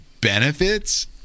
benefits